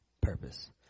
purpose